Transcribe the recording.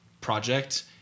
project